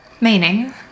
meaning